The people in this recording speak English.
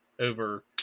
over